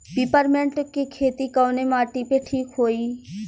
Peppermint के खेती कवने माटी पे ठीक होई?